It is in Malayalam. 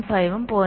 5 ഉം 0